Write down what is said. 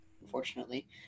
unfortunately